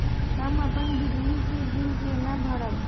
हम अपन बिजली के बिल केना भरब?